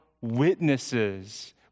witnesses